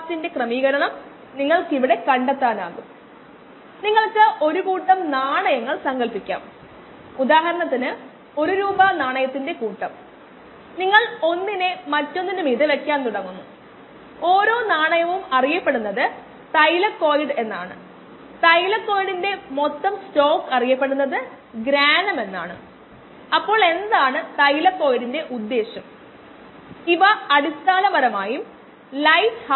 49 മണിക്കൂർ അല്ലെങ്കിൽ 269